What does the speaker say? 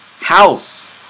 house